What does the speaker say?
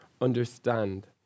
understand